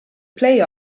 play